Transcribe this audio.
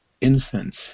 incense